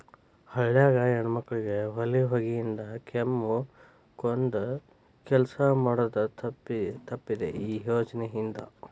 ಹಳ್ಯಾಗ ಹೆಣ್ಮಕ್ಕಳಿಗೆ ಒಲಿ ಹೊಗಿಯಿಂದ ಕೆಮ್ಮಕೊಂದ ಕೆಲಸ ಮಾಡುದ ತಪ್ಪಿದೆ ಈ ಯೋಜನಾ ಇಂದ